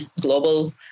global